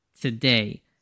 today